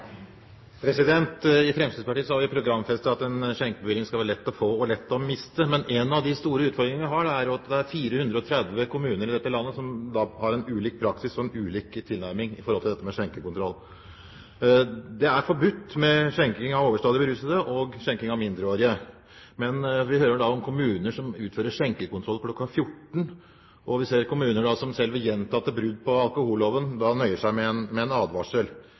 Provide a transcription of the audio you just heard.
I Fremskrittspartiet har vi programfestet at en skjenkebevilling skal være lett å få og lett å miste. Men en av de store utfordringene vi har, er at det er 430 kommuner i dette landet som har en ulik praksis for og en ulik tilnærming til skjenkekontroll. Det er forbudt med skjenking av overstadig berusede og skjenking av mindreårige. Men vi hører om kommuner som utfører skjenkekontroll kl. 14, og vi ser kommuner som selv ved gjentatte brudd på alkoholloven nøyer seg med en advarsel. Vi har også hørt om kommuner som skjeler til konkurransevridning med